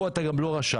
פה אתה לא רשאי.